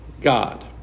God